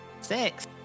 Six